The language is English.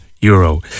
euro